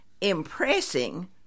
impressing